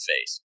face